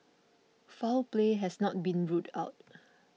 foul play has not been ruled out